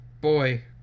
Boy